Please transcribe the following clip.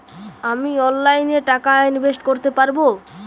আমি অনলাইনে টাকা ইনভেস্ট করতে পারবো?